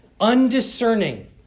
undiscerning